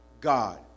God